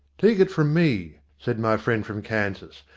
take it from me, said my friend from kansas,